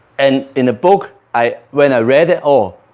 and in the book, i when i read it ah